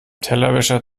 tellerwäscher